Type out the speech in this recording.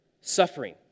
suffering